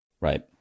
Right